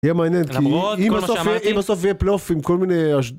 יהיה מעניין (למרות כל מה שאמרתי) כי אם בסוף יהיה בלוף עם כל מיני אש..